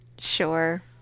Sure